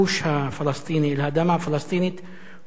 לאדמה הפלסטינית הוא אותו יחס של היום.